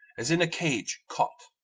as in a cage caught.